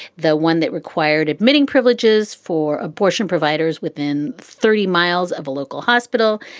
the one that required admitting privileges for abortion providers within thirty miles of a local hospital.